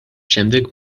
შემდეგ